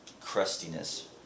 crustiness